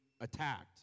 attacked